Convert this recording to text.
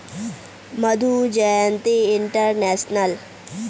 Madhu Jayanti international